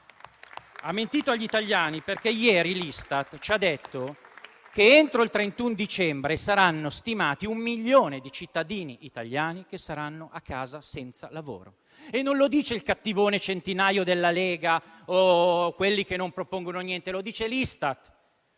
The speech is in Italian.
italiani, perché ieri l'Istat ci ha detto che entro il 31 dicembre si stima che un milione di cittadini italiani sarà a casa senza lavoro; e non lo dicono il cattivone Centinaio della Lega o quelli che non propongono niente, ma l'Istat,